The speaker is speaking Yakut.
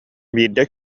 биирдэ